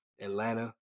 Atlanta